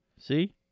See